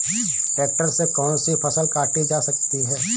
Tractor से कौन सी फसल काटी जा सकती हैं?